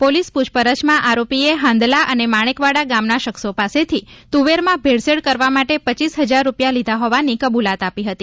police પૂછપરછ માં આરોપીએ હાંદલા અને માણેકવાડા ગામના શખ્સો પાસેથી તુવેરમાં ભેળસેળ કરવા માટે પચીસ હજાર રૂપિયા લીધા હોવાની કબૂલાત આપી હતી